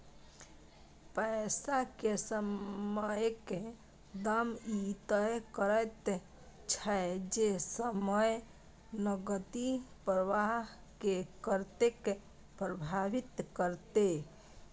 पैसा के समयक दाम ई तय करैत छै जे समय नकदी प्रवाह के कतेक प्रभावित करते